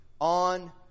on